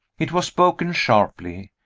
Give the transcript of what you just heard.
it was spoken sharply.